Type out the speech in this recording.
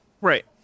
right